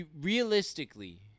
Realistically